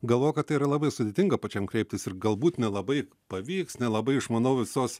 galvoja kad tai yra labai sudėtinga pačiam kreiptis ir galbūt nelabai pavyks nelabai išmanau visos